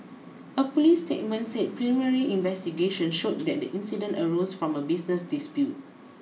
a police statement said primary investigations showed that the incident arose from a business dispute